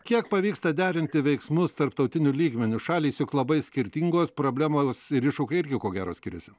kiek pavyksta derinti veiksmus tarptautiniu lygmeniu šalys juk labai skirtingos problemos ir iššūkiai ir jų ko gero skiriasi